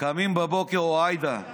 קמים בבוקר, עאידה.